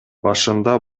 башында